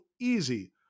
easy